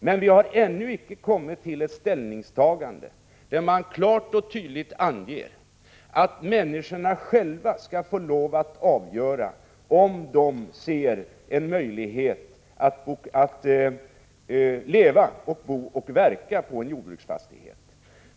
Men vi har ännu icke fått ta del av ett ställningstagande där man klart och tydligt anger att människorna själva skall få lov att avgöra om det finns en möjlighet att leva, bo och verka på en jordbruksfastighet.